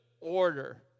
order